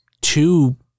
two